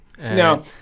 Now